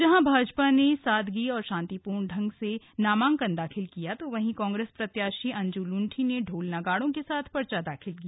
जहां भाजपा ने सादगी के साथ नामांकन दाखिल किया तो वहीं कांग्रेस प्रत्याशी अंजू लुंठी ने ढोल नगाड़ों के साथ पर्चा दाखिल किया